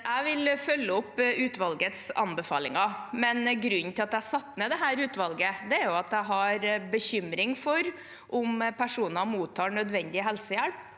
Jeg vil følge opp utvalgets anbefalinger, men grunnen til at jeg satte ned dette utvalget, er at jeg har bekymringer for om personer mottar nødvendig helsehjelp,